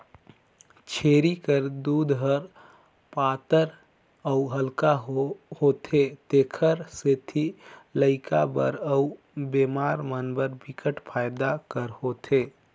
छेरी कर दूद ह पातर अउ हल्का होथे तेखर सेती लइका बर अउ बेमार मन बर बिकट फायदा कर होथे